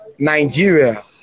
Nigeria